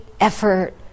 effort